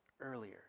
earlier